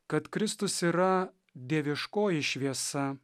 kad kristus yra dieviškoji šviesa